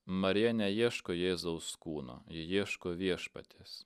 marija neieško jėzaus kūno ji ieško viešpaties